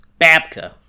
Babka